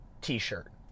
t-shirt